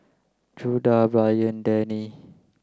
Judah Brian Danny